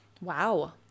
Wow